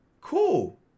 cool